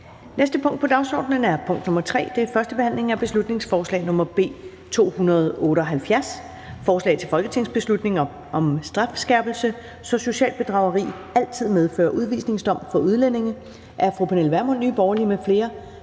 næste punkt på dagsordenen er: 3) 1. behandling af beslutningsforslag nr. B 278: Forslag til folketingsbeslutning om strafskærpelse, så socialt bedrageri altid medfører udvisningsdom for udlændinge. Af Pernille Vermund (NB) m.fl.